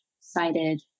cited